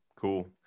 Cool